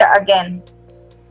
again